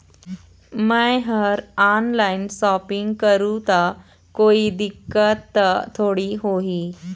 मैं हर online shopping करू ता कोई दिक्कत त थोड़ी होही?